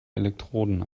elektroden